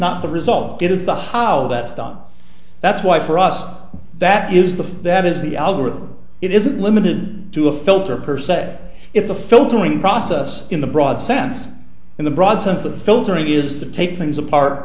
not the result get into the hollow that's done that's why for us that is the that is the algorithm it isn't limited to a filter per se it's a filtering process in the broad sense in the broad sense the filtering is to take things apart